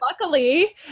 luckily